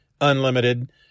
Unlimited